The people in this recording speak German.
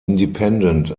independent